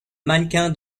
mannequin